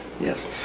yes